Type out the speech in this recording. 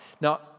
Now